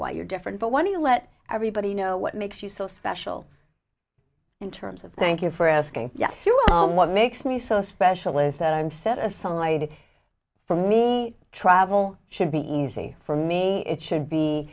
why you're different but when you let everybody know what makes you so special in terms of thank you for asking what makes me so special is that i'm set aside for me travel should be easy for me it should be